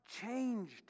changed